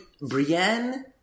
Brienne